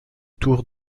tour